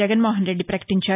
జగన్మోహన్రెడ్డి ప్రకటించారు